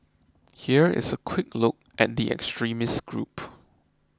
here is a quick look at the extremist group